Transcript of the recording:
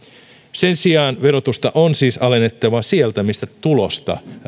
sen sijaan verotusta on siis alennettava sieltä mistä tulosta